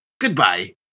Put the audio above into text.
goodbye